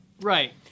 Right